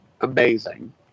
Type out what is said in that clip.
amazing